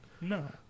No